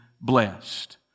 blessed